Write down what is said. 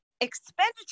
Expenditure